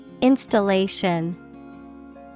Installation